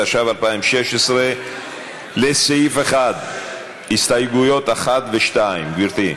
התשע"ו 2016. לסעיף 1 הסתייגויות 1 ו-2, גברתי.